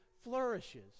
flourishes